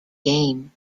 game